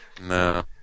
No